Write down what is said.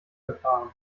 gefahren